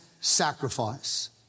sacrifice